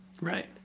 right